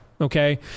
Okay